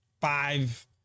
five